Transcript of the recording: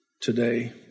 today